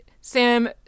Sam